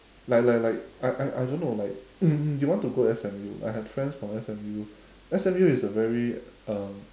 like like like I I I don't know like you want to go S_M_U I have friends from S_M_U S_M_U is a very um